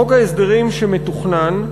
חוק ההסדרים שמתוכנן,